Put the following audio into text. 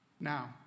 Now